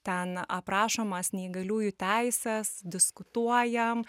ten aprašomos neįgaliųjų teisės diskutuojam